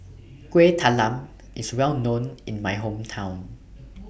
Kuih Talam IS Well known in My Hometown